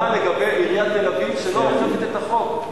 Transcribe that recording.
מה לגבי עיריית תל-אביב שלא אוכפת את החוק?